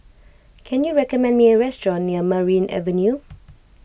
can you recommend me a restaurant near Merryn Avenue